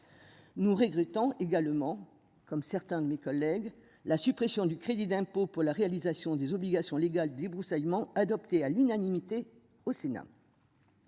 Nous regrettons également, comme certains de mes collègues la suppression du crédit d'impôt pour la réalisation des obligations légales débroussaillement adopté à l'unanimité au Sénat.